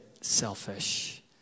selfish